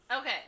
Okay